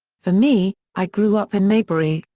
for me, i grew up in mayberry,